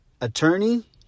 attorney